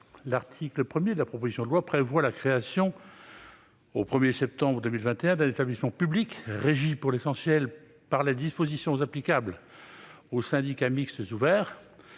L'article 1 de la proposition de loi prévoit la création, au 1 septembre 2021, d'un établissement public régi pour l'essentiel par les dispositions applicables aux syndicats mixtes ouverts.